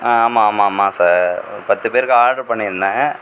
ஆ ஆமாம் ஆமாம் ஆமாம் சார் ஒரு பத்து பேருக்கு ஆட்ரு பண்ணியிருந்தேன்